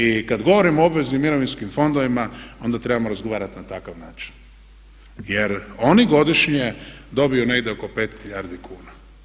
I kad govorim o obveznim mirovinskim fondovima onda trebamo razgovarati na takav način, jer oni godišnje dobiju negdje oko 5 milijardi kuna.